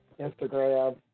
Instagram